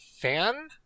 fan